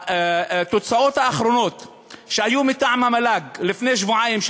התוצאות האחרונות שהיו מטעם המל"ג לפני שבועיים,